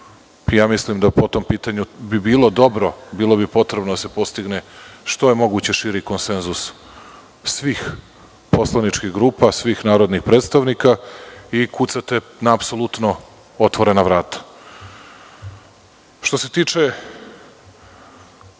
Mislim da po tom pitanju bi bilo dobro, bilo bi potrebno da se postigne što je moguće širi konsenzus svih poslaničkih grupa, svih narodnih predstavnika i kucate na apsolutno otvorena vrata. Što se tiče